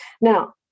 Now